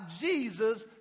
Jesus